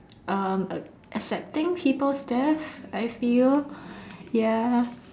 um accepting peoples death I feel ya